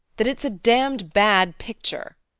that it's a damned bad picture,